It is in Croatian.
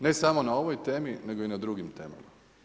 Ne samo na ovoj temi, nego i na drugim temama.